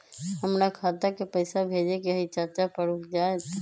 हमरा खाता के पईसा भेजेए के हई चाचा पर ऊ जाएत?